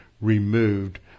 removed